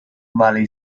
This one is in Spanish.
valley